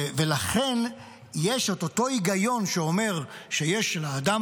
ולכן יש את אותו היגיון שאומר שיש לאדם